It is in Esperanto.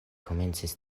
komencis